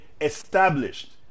established